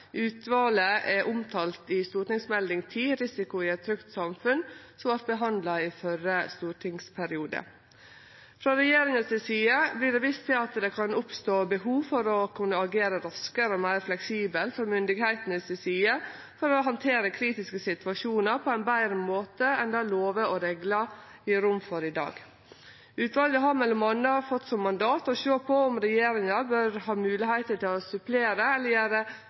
Utvalet er omtalt i Meld. St. 10 for 2016–2017, Risiko i et trygt samfunn, som vart behandla i førre stortingsperiode. Frå regjeringa si side vert det vist til at det kan oppstå behov for å kunne agere raskare og meir fleksibelt frå myndigheitene si side for å handtere kritiske situasjonar på ein betre måte enn det lovar og reglar gjev rom for i dag. Utvalet har m.a fått som mandat å sjå på om regjeringa bør ha moglegheiter til å supplere eller gjere